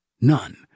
None